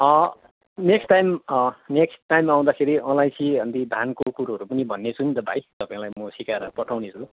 next time next time आउँदाखेरि अलैँची अनि धानको कुरोहरू पनि भन्नेछु नि त भाइ तपाईँलाई म सिकाएर पठाउने छु